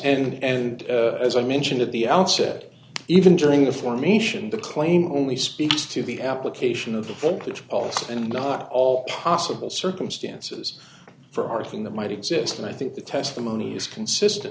yes and as i mentioned at the outset even during the formation the claim only speaks to the application of the focus and not all possible circumstances for our thing that might exist and i think the testimony is consistent